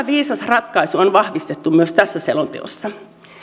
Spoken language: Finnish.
viisas ratkaisu on vahvistettu myös tässä selonteossa